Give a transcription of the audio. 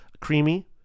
creamy